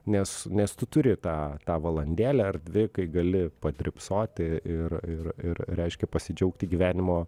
nes nes tu turi tą tą valandėlę ar dvi kai gali padrybsoti ir ir ir reiškia pasidžiaugti gyvenimo